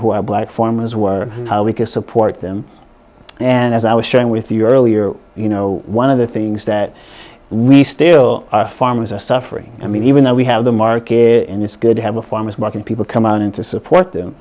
are black farmers were and how we can support them and as i was sharing with you earlier you know one of the things that we still farmers are suffering i mean even though we have the market and it's good to have a farmer's market people come on in to support them